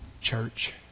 church